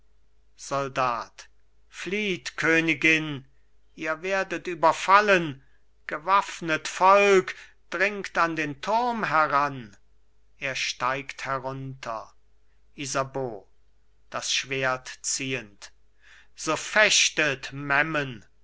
soldat flieht königin ihr werdet überfallen gewaffnet volk dringt an den turm heran er steigt herunter isabeau das schwert ziehend so fechtet memmen